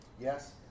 Yes